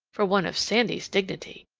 for one of sandy's dignity,